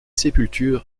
sépultures